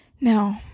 no